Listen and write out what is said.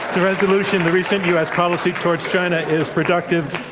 the resolution the recent u. s. policy towards china is productive.